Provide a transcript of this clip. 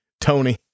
Tony